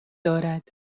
دارد